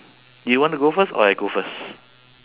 you want to go first or I go first